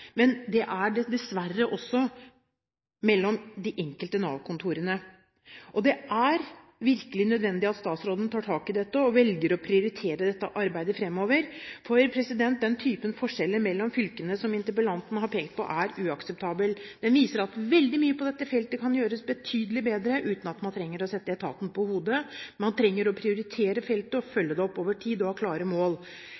de enkelte Nav-kontorene. Det er virkelig nødvendig at statsråden tar tak i dette og velger å prioritere dette arbeidet fremover. Den typen forskjeller mellom fylkene, som interpellanten har pekt på, er uakseptabel. Den viser at veldig mye på dette feltet kan gjøres betydelig bedre uten at man trenger å sette etaten på hodet. Man trenger å prioritere feltet og